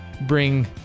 bring